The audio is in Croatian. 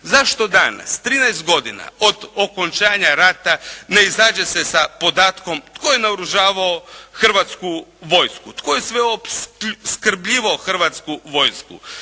Zašto danas, 13 godina od okončanja rata ne izađe se sa podatkom tko je naoružavao Hrvatsku vojsku, tko je sve opskrbljivao Hrvatsku vojsku?